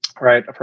Right